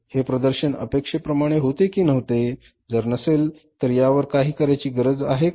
हे प्रदर्शन अपेक्षेप्रमाणे होते कि नव्हते जर नसेल तर यावर काही करायची गरज आहे का